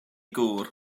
gŵr